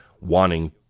wanting